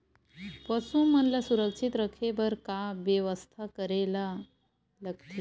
पशु मन ल सुरक्षित रखे बर का बेवस्था करेला लगथे?